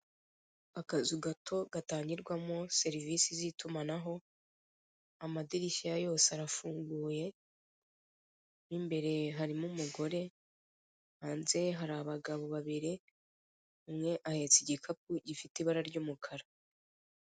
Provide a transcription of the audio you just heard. Akazu gato, gatangirwamo serivisi z'itumanaho, amadirishya yose arafunguye, mo imbere harimo umugore, hanze hari abagabo babiri, umwe ahetse igikapu gifite ibara ry'umukara.